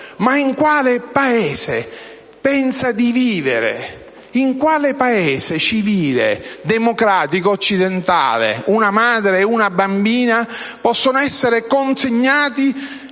in quale Paese pensa di vivere? In quale Paese civile, democratico e occidentale una madre e una bambina possono essere consegnati